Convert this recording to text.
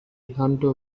hunter